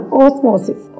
osmosis